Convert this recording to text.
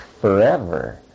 forever